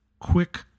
quick –